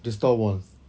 the store wall